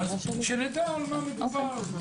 שנדע במה מדובר.